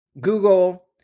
Google